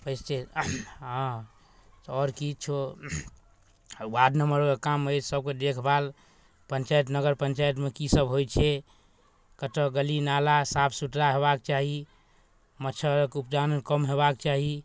आओर किछु वार्ड मेम्बरके काम अछि सबके देखभाल पञ्चायत नगर पञ्चायतमे किसब होइ छै कतऽ गली नाला साफ सुथरा हेबाके चाही मच्छरके उपजान कम हेबाके चाही